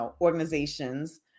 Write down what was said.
organizations